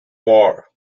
war